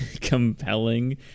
compelling